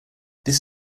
this